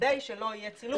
כדי שלא יהיה צילום אחר כך.